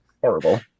horrible